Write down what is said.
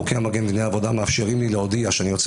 חוקי המגן דיני עבודה מאפשרים לי להודיע שאני יוצא